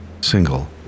single